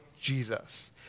Jesus